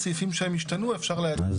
אז,